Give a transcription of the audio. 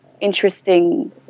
interesting